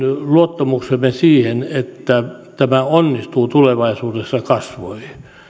luottamuksemme siihen että tämä onnistuu tulevaisuudessa jos tämä näin jatkuu kasvoi